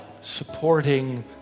supporting